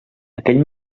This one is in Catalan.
aquell